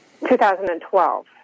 2012